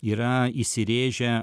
yra įsirėžę